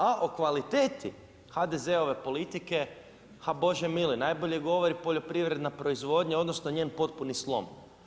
A o kvaliteti HDZ-ove politike, ha Bože mili najbolje govori poljoprivredna proizvodnja odnosno njen potpuni slom.